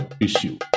issue